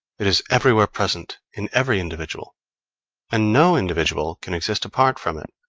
it is everywhere present in every individual and no individual can exist apart from it.